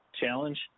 Challenge